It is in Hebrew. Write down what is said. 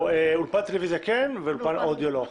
או אולפן טלוויזיה כן ואולפן אודיו לא.